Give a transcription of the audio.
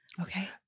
Okay